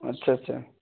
اچھا اچھا